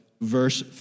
Verse